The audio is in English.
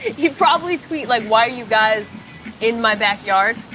he'd probably tweet, like why are you guys in my backyard?